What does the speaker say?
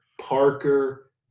Parker